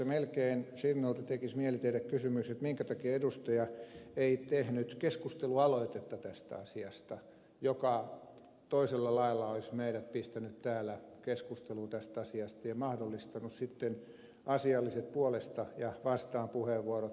sirnölle melkein tekisi mieli tehdä kysymys minkä takia edustaja ei tehnyt tästä asiasta keskustelualoitetta joka toisella lailla olisi meidät pistänyt täällä keskusteluun tästä asiasta ja mahdollistanut sitten asialliset puolesta ja vastaan puheenvuorot